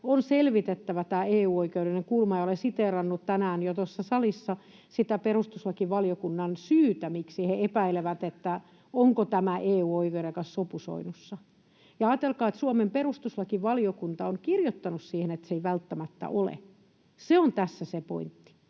on selvitettävä tämä EU-oikeudellinen kulma. Olen siteerannut tänään jo tässä salissa sitä perustuslakivaliokunnan syytä, miksi he epäilevät, onko tämä EU-oikeuden kanssa sopusoinnussa. Ajatelkaa, että Suomen perustuslakivaliokunta on kirjoittanut siihen, että se ei välttämättä ole. Se on tässä se pointti.